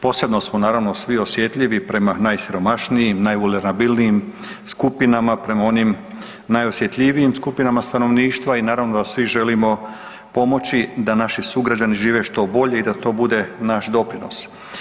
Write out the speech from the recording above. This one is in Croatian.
Posebno smo, naravno, svi osjetljivi prema najsiromašnijim najvulerabilnijim skupinama, prema onim najosjetljivijim skupinama stanovništva i naravno da svi želimo pomoći da naši sugrađani žive što bolje i da to bude naš doprinos.